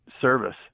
service